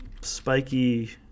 spiky